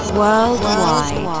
Worldwide